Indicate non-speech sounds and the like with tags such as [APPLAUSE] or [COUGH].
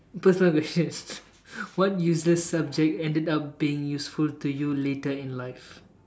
personal question [LAUGHS] what useless subject ended up being useful to you later in life